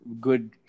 good